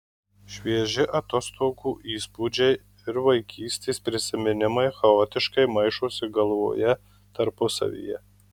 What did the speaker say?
švieži atostogų įspūdžiai ir vaikystės prisiminimai chaotiškai maišosi galvoje tarpusavyje